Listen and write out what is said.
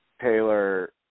Taylor